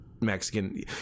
Mexican